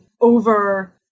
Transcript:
over